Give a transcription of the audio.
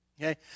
okay